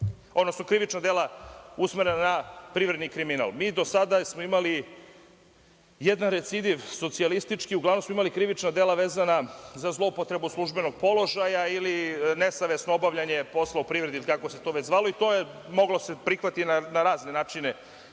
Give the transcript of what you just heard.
odnosno krivična dela usmerena na privredni kriminal. Do sada smo imali jedna recidiv socijalistički. Uglavnom smo imali krivična dela vezana za zloupotrebu službenog položaja ili nesavesno obavljanje posla u privredi ili kako se to već zvalo. I to je moglo da se prihvati na razne načine.